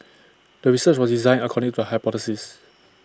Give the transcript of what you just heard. the research was designed according to the hypothesis